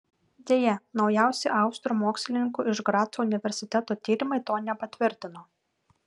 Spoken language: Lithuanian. deja naujausi austrų mokslininkų iš graco universiteto tyrimai to nepatvirtino